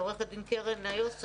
עורכת הדין קרן איוס,